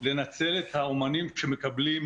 לנצל את האומנים שמקבלים